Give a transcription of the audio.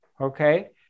Okay